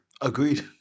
Agreed